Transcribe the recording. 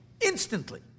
Instantly